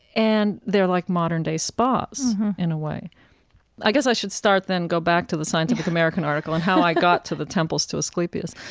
and they're like modern-day spas in a way i guess i should start then, go back to the scientific americanarticle on how i got to the temples to asclepius.